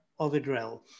Ovidrel